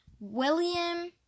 William